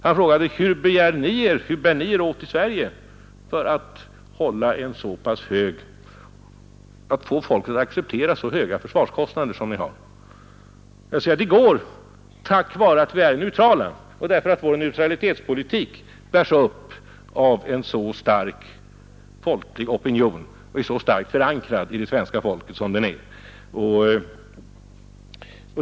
Han frågade: Hur bär ni er åt i Sverige för att få folk att acceptera så höga försvarskostnader som ni har? Jag kunde svara: Det går tack vare att vi är neutrala och därför att vår neutralitetspolitik bärs upp av en så stark folklig opinion, därför att den är så fast förankrad i det svenska folket som den är.